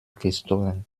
gestohlen